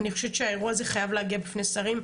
אני חושבת שהאירוע הזה חייב להגיע בפני שרים.